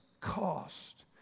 cost